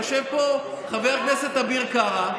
יושב פה חבר הכנסת אביר קארה,